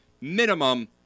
minimum